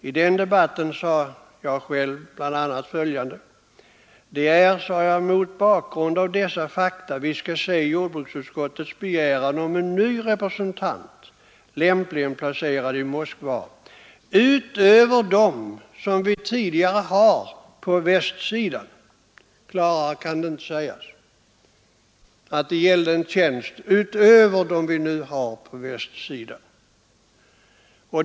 I den debatten sade jag själv bl.a. följande: ”Det är mot bakgrund av dessa fakta vi skall se jordbruksutskottets begäran om en ny representant, lämpligen placerad i Moskva, utöver dem vi tidigare har på västsidan.” Klarare kan det inte sägas att det gällde en tjänst utöver dem vi nu har.